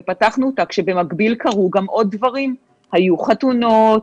ופתחנו אותה כשבמקביל קרו עוד דברים: היו חתונות,